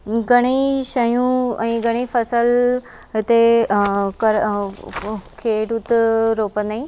घणेई शयूं ऐं घणेई फ़सुल हिते कर खेड़ू ते रोपंदा आहिनि